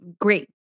Great